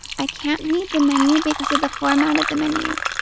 i can't read the menu because of the format of the menu.